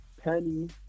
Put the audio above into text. Penny